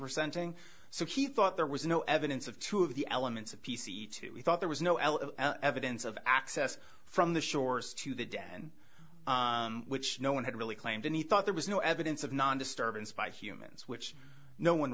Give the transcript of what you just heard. be resenting so he thought there was no evidence of two of the elements of p c two we thought there was no evidence of access from the shores to the den which no one had really claimed any thought there was no evidence of non disturbance by humans which no one